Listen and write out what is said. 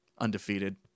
undefeated